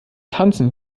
tanzen